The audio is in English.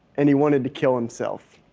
and he wanted to kill himself.